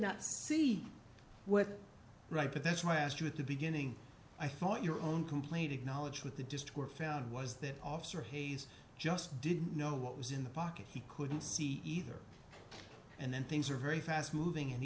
not see what right but that's why i asked you at the beginning i thought your own completed knowledge with the just were found was that officer hayes just didn't know what was in the pocket he couldn't see either and then things are very fast moving